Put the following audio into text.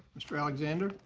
mr. alexander.